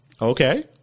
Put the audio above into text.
Okay